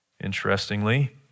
Interestingly